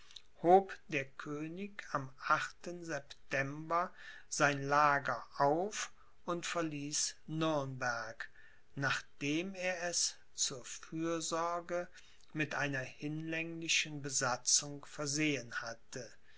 hob der könig am achten september sein lager auf und verließ nürnberg nachdem er es zur fürsorge mit einer hinlänglichen besatzung versehen hatte